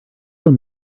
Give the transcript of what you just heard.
them